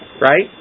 right